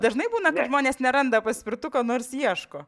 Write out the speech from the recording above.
dažnai būna kad žmonės neranda paspirtuko nors ieško